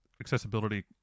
accessibility